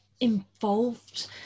involved